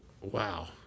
wow